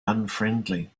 unfriendly